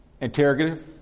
interrogative